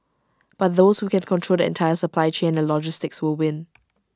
but those who can control the entire supply chain and logistics will win